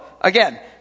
again